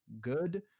Good